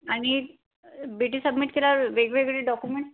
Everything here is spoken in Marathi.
आणि बी टी सबमिट केल्यावर वेगवेगळे डॉक्युमेंट्स